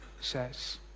says